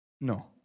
No